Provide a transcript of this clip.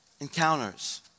Encounters